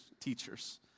teachers